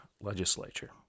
legislature